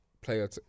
player